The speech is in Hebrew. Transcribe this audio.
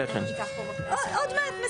למרות שעובדים הרבה יותר קשה,